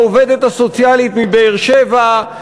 העובדת הסוציאלית מבאר-שבע,